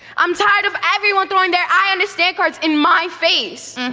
i'm tired of everyone throwing their eye on the stand cards in my face.